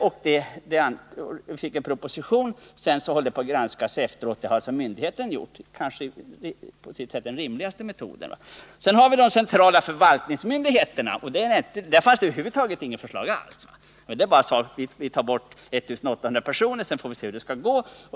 Vi fick en proposition, varefter ÖB får göra de sista detaljerna. Det är alltså myndigheter som har gjort detta arbete — kanske på sitt sätt den rimligaste metoden. När det gäller de centrala militära förvaltningsmyndigheterna fanns det över huvud taget inte något utarbetat förslag. Man sade bara att vi tar bort 1800 personer, sedan får vi se hur det skall gå.